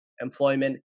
employment